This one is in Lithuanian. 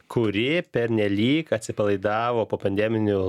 kuri pernelyg atsipalaidavo po pandeminių